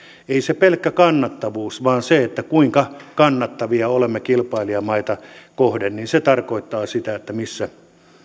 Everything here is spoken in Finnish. ei se pelkkä kannattavuus vaan se kuinka kannattavia olemme kilpailijamaita kohden tarkoittaa sitä missä